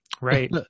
Right